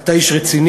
אתה איש רציני,